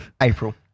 April